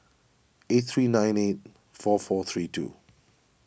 eight three nine eight four four three two